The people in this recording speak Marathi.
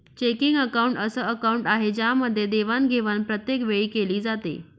चेकिंग अकाउंट अस अकाउंट आहे ज्यामध्ये देवाणघेवाण प्रत्येक वेळी केली जाते